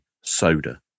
soda